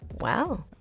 Wow